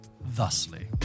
thusly